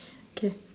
K